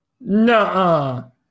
no